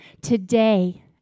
today